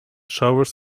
showers